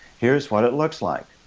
here's what it looks like.